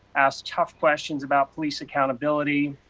asked tough questions about police accountability